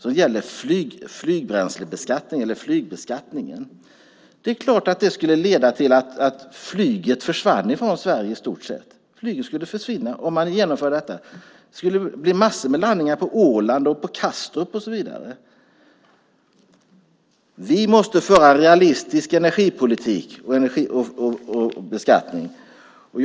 Om man genomför den skulle det naturligtvis leda till att flyget i stort sett försvann från Sverige. Det skulle bli massor av landningar på Åland och Kastrup. Vi måste föra en realistisk energi och beskattningspolitik.